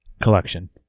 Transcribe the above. Collection